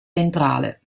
ventrale